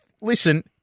listen